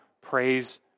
praise